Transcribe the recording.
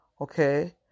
Okay